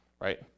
right